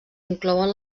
inclouen